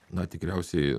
na tikriausiai